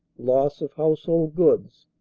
loss of household goods,